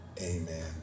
Amen